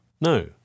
no